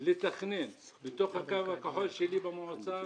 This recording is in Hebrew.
לתכנן בתוך הקו הכחול שלי במועצה,